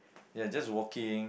ya just walking